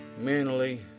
mentally